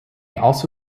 also